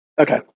Okay